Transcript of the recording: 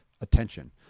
attention